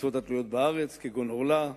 מצוות התלויות בארץ כגון עורלה,